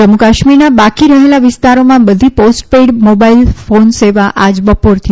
જમ્મુ કાશ્મીરના બાકી રહેલા વિસ્તારોમાં બધી પોસ્ટ પેઈડ મોબાઈલ ફોન સેવા આજ બપોરથી શરૂ